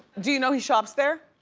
do you know he shops there?